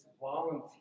volunteer